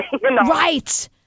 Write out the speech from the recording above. Right